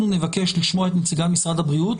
נבקש לשמוע את נציגת משרד הבריאות,